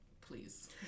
please